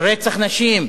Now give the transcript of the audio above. של רצח נשים,